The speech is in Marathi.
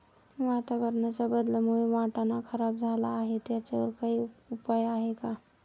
वातावरणाच्या बदलामुळे वाटाणा खराब झाला आहे त्याच्यावर काय उपाय आहे का?